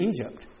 Egypt